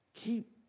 Keep